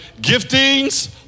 Giftings